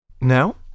Now